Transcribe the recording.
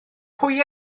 pwy